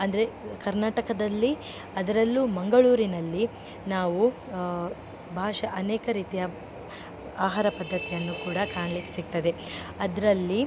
ಅಂದರೆ ಕರ್ನಾಟಕದಲ್ಲಿ ಅದರಲ್ಲೂ ಮಂಗಳೂರಿನಲ್ಲಿ ನಾವು ಭಾಷಾ ಅನೇಕ ರೀತಿಯ ಆಹಾರ ಪದ್ದತಿಯನ್ನು ಕೂಡ ಕಾಣ್ಲಿಕ್ಕೆ ಸಿಕ್ತದೆ ಅದರಲ್ಲಿ